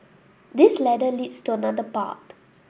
this ladder leads to another path